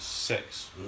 Six